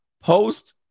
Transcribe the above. post